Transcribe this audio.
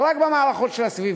לא רק במערכות של הסביבה,